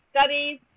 studies